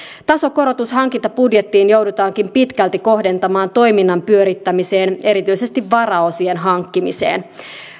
tasokorotus hankintabudjettiin joudutaankin pitkälti kohdentamaan toiminnan pyörittämiseen erityisesti varaosien hankkimiseen